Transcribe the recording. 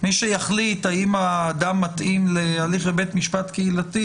מי שיחליט האם האדם מתאים להליך בבית משפט קהילתי,